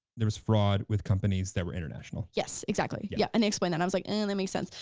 there was fraud with companies that were international. yes, exactly, yeah and they explain that i was like, ah, and that makes sense,